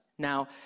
Now